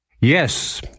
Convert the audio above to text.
Yes